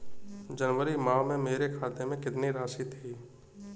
जनवरी माह में मेरे खाते में कितनी राशि थी?